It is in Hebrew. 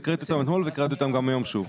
והקראתי אותם אתמול והקראתי אותם גם היום שוב.